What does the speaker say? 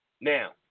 Now